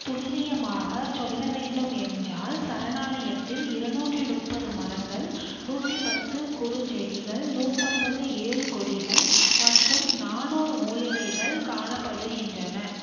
துல்லியமாகச் சொல்லவேண்டும் என்றால் சரணாலயத்தில் இருநூற்றி முப்பது மரங்கள் நூற்றி பத்து குறுஞ்செடிகள் நூற்றைம்பது ஏறுகொடிகள் மற்றும் நானூறு மூலிகைகள் காணப்படுகின்றன